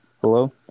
Hello